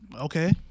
Okay